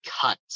cut